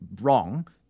wrong